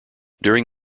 during